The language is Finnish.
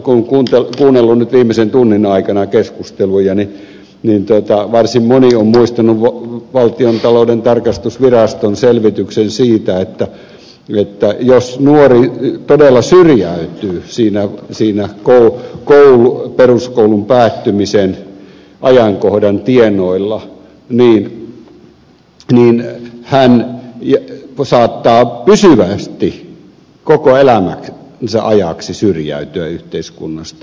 kun on kuunnellut viimeisen tunnin aikana keskusteluja niin varsin moni on muistanut valtiontalouden tarkastusviraston selvityksen siitä että jos nuori todella syrjäytyy siinä peruskoulun päättymisen ajankohdan tienoilla niin hän saattaa pysyvästi koko elämänsä ajaksi syrjäytyä yhteiskunnasta